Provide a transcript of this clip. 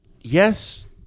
yes